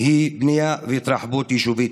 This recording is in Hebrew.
היא בנייה והתרחבות יישובית.